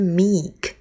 meek